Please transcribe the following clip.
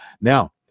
Now